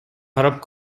карап